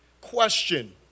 question